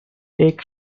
take